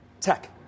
Tech